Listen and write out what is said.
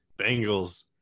Bengals